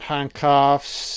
Handcuffs